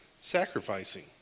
sacrificing